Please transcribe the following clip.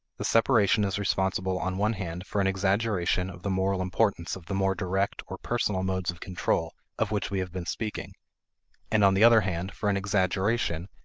the separation is responsible on one hand for an exaggeration of the moral importance of the more direct or personal modes of control of which we have been speaking and on the other hand for an exaggeration,